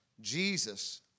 Jesus